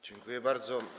Dziękuję bardzo.